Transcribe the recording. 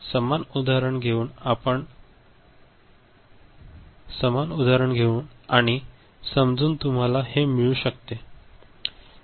समान उदाहरण घेऊन आणि समजून तुम्हाला हे मिळू शकते